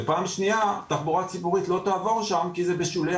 ופעם שנייה תחבורה ציבורית לא תעבור שם כי זה בשולי